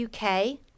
uk